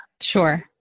Sure